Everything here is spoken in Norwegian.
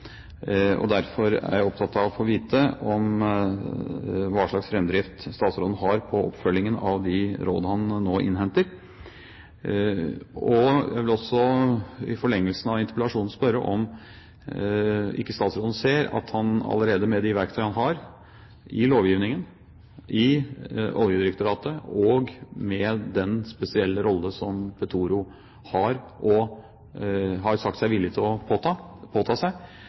Derfor er jeg opptatt av å få vite om hva slags framdrift statsråden har på oppfølgingen av de rådene han nå innhenter. Jeg vil også, i forlengelsen av interpellasjonen, spørre om ikke statsråden ser at han – med de verktøyene han har i lovgivningen, i Oljedirektoratet og med den spesielle rolle som Petoro har sagt seg villig til å påta seg